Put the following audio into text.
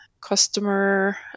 customer